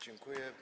Dziękuję.